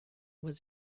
was